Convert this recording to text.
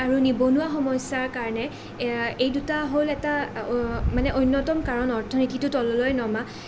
আৰু নিবনুৱা সমস্যাৰ কাৰণে এই দুটা হ'ল এটা মানে অন্যতম কাৰণ অৰ্থনীতিটো তললৈ নমা